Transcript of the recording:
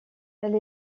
elle